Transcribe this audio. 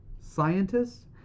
scientists